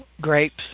Grapes